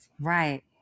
Right